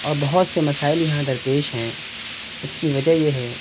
اور بہت سے مسائل یہاں در پیش ہیں اس کی وجہ یہ ہے